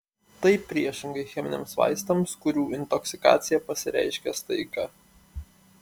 tai priešingai cheminiams vaistams kurių intoksikacija pasireiškia staiga